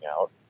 out